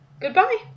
goodbye